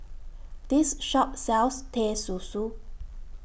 This Shop sells Teh Susu